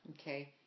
Okay